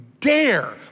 dare